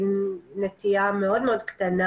היא נטייה מאוד מאוד קטנה.